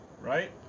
Right